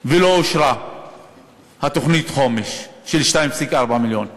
לא אושרה תוכנית החומש של 2.4 מיליארד שקלים.